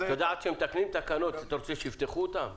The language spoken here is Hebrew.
עד יודע, עד שמתקנים תקנות אתה רוצה שיפתחו אותן?